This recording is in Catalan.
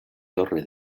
torre